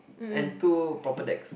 and two proper decks